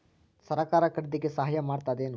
ಸರಕಾರ ಖರೀದಿಗೆ ಸಹಾಯ ಮಾಡ್ತದೇನು?